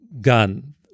gun